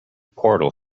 portal